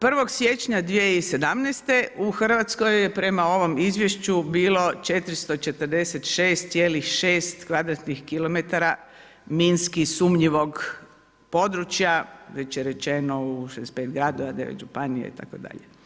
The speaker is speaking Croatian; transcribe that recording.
1. Siječnja 2017. u Hrvatskoj je prema ovom izvješću bilo 446,6 kvadratnih kilometara minski sumnjivog područja, već je rečeno u 65 gradova, 9 županija itd.